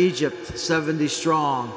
egypt seventy strong